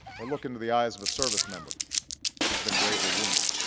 or look into the eyes of a service member who's been gravely wounded.